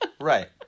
Right